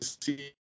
see